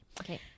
Okay